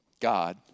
God